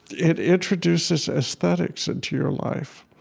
it introduces aesthetics into your life.